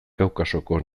kaukasoko